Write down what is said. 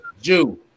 Jew